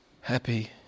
happy